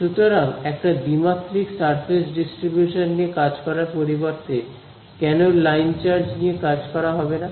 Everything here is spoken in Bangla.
সুতরাং একটা দ্বিমাত্রিক সারফেস ডিস্ট্রিবিউশন নিয়ে কাজ করার পরিবর্তে কেন লাইন চার্জ নিয়ে কাজ করা হবে না